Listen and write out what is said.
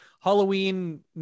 Halloween